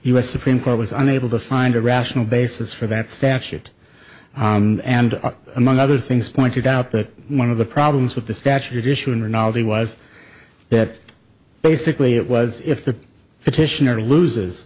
s supreme court was unable to find a rational basis for that statute and among other things pointed out that one of the problems with the statute issue in reality was that basically it was if the petitioner loses